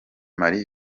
marie